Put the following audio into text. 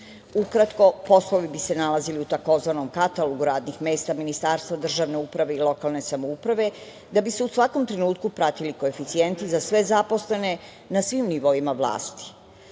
Ukratko, poslovi bi se nalazili u tzv. katalogu radnih mesta Ministarstva državne uprave i lokalne samouprave da bi se u svakom trenutku pratili koeficijenti za sve zaposlene na svim nivoima vlasti. Primera